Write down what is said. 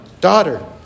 daughter